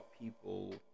people